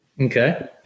Okay